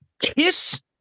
Kiss